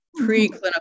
preclinical